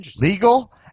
legal